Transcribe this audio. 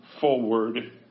forward